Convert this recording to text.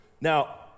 Now